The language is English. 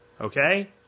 okay